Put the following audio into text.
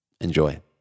Enjoy